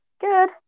Good